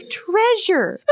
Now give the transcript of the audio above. treasure